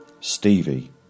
Stevie